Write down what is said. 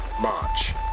March